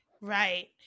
right